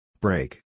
Break